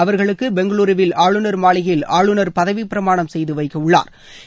அவர்களுக்கு பெங்களுருவில் ஆளுநர் மாளிகையில் ஆளுநர் பதவிப்பிரமானம் செய்து வைக்க உள்ளா்